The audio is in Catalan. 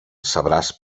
sabràs